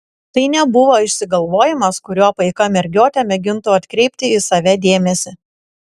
tai nebuvo išsigalvojimas kuriuo paika mergiotė mėgintų atkreipti į save dėmesį